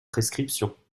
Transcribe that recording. prescriptions